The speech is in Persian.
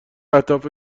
اهداف